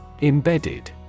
Embedded